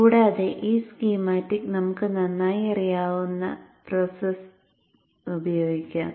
കൂടാതെ ഈ സ്കീമാറ്റിക് നമുക്ക് നന്നായി അറിയാവുന്ന പ്രോസസ്സ് ഉപയോഗിക്കാം